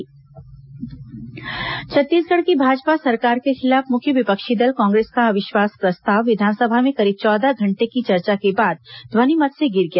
विस अविश्वास प्रस्ताव छत्तीसगढ़ की भाजपा सरकार के खिलाफ मुख्य विपक्षी दल कांग्रेस का अविश्वास प्रस्ताव विधानसभा में करीब चौदह घंटे की चर्चा के बाद ध्वनिमत से गिर गया